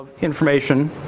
information